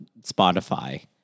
Spotify